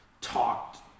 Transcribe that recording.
talked